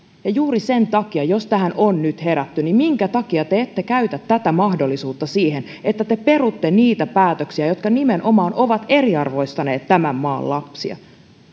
ja juuri sen takia jos tähän on nyt herätty minkä takia te ette käytä tätä mahdollisuutta siihen että te peruisitte niitä päätöksiä jotka nimenomaan ovat eriarvoistaneet tämän maan lapsia